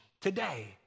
Today